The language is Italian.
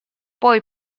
poi